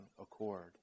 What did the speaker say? accord